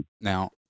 Now